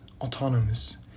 autonomous